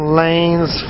lanes